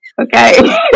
Okay